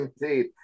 indeed